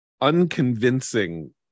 unconvincing